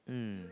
mm